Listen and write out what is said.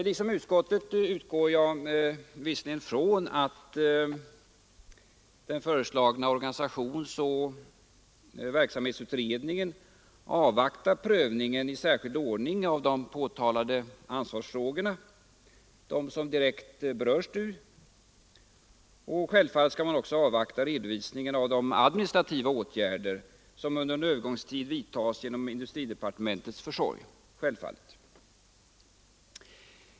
Liksom utskottet utgår jag visserligen från att den föreslagna organisationsoch verksamhetsutredningen avvaktar prövningen i särskild ordning av de påtalade ansvarsfrågorna — de som direkt berör STU — och att man självfallet också skall avvakta redovisningen av de administrativa åtgärder som under en övergångstid vidtas genom industridepartementets försorg.